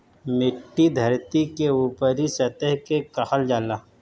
मिट्टी धरती के ऊपरी सतह के कहल जाला